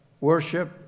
worship